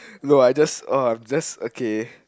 no I just I just okay